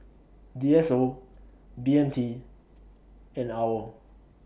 D S O B M T and AWOL